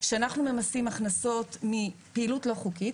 שאנחנו ממסים הכנסות מפעילות לא חוקית,